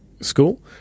School